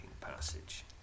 passage